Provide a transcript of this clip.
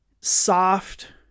soft